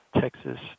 Texas